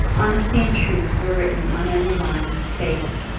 honesty and truth were written on every line of his face,